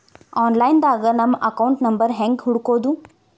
Online ದಾಗ ನಮ್ಮ account number ಹೆಂಗ್ ಹುಡ್ಕೊದು?